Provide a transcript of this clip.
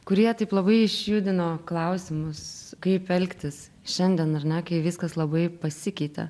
kurie taip labai išjudino klausimus kaip elgtis šiandien ar ne kai viskas labai pasikeitė